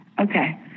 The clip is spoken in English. okay